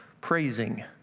praising